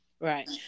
Right